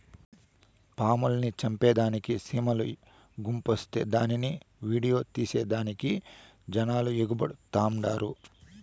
పాముల్ని సంపేదానికి సీమల గుంపొస్తే దాన్ని ఈడియో తీసేదానికి జనాలు ఎగబడతండారు